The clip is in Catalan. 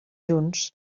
junts